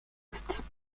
est